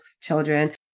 children